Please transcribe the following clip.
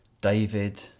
David